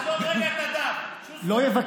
תעזוב רגע את הדף, שוסטר.